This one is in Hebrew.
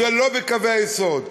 זה לא בקווי היסוד,